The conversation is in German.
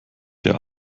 der